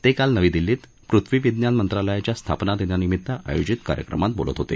ते काल नवी दिल्लीत पृथ्वीविज्ञान मंत्रालयाच्या स्थापनादिनानिमित्त आयोजित कार्यक्रमात बोलत होते